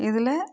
இதில்